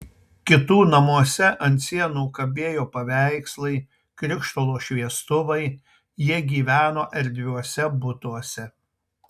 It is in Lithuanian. kitų namuose ant sienų kabėjo paveikslai krištolo šviestuvai jie gyveno erdviuose butuose